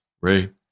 Ray